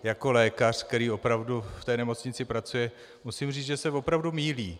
Jako lékař, který opravdu v té nemocnici pracuje, musím říci, že se opravdu mýlí.